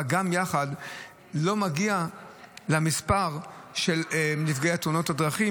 גם יחד לא מגיע למספר של נפגעי תאונות הדרכים.